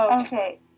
Okay